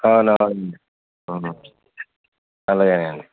అవునవునండి అవును అలాగే అండి